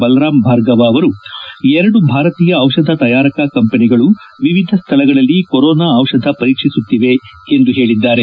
ಬಲರಾಮ್ ಭಾರ್ಗವ ಅವರು ಎರಡು ಭಾರತೀಯ ಔಷಧ ತಯಾರಕ ಕಂಪನಿಗಳು ವಿವಿಧ ಸ್ಥಳಗಳಲ್ಲಿ ಕೊರೋನಾ ಔಷಧ ಪರೀಕ್ಷಿಸುತ್ತಿವೆ ಎಂದು ಹೇಳದ್ದಾರೆ